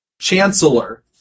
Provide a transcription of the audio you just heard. Chancellor